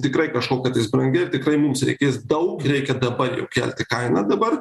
tikrai kažko kad jis brangėja ir tikrai mums reikės daug ir reikia dabar jau kelti kainą dabar